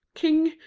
king,